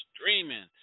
Streaming